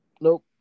Nope